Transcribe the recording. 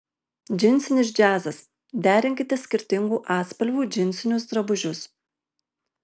džinsinis džiazas derinkite skirtingų atspalvių džinsinius drabužius